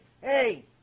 hey